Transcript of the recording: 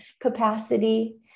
capacity